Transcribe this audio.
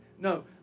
No